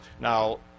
Now